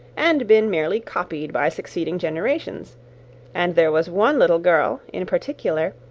and been merely copied by succeeding generations and there was one little girl, in particular,